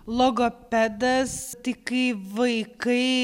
logopedas tai kai vaikai